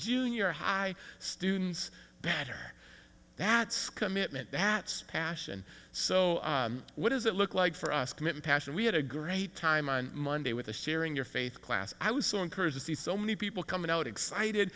junior high students better that's commitment that passion so what does it look like for us committing passion we had a great time on monday with the sharing your faith class i was so encouraged to see so many people coming out excited